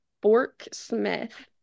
Bork-Smith